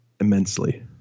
immensely